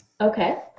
Okay